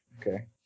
Okay